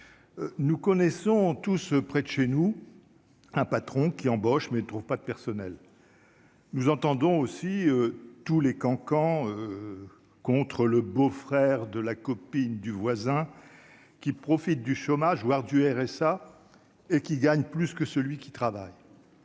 nous connaissons tous près de chez nous, un patron qui embauche mais ne trouve pas de personnel, nous entendons aussi tous les cancans contre le beau-frère de la copine du voisin qui profitent du chômage, voire du RSA et qui gagne plus que celui qui travaille.